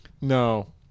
No